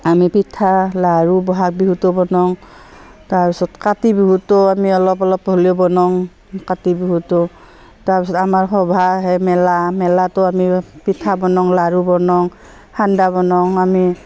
আমি পিঠা লাৰু বহাগ বিহুতো বনাওঁ তাৰপিছত কাতি বিহুতো আমি অলপ অলপ হ'লিও বনাওঁ কাতি বিহুতো তাৰপিছত আমাৰ সভা আহে মেলা মেলাটো আমি পিঠা বনাওঁ লাড়ু বনাওঁ সান্দা বনাওঁ আমি